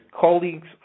colleagues